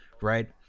right